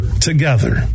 together